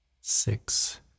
six